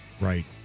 Right